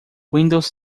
windows